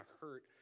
hurt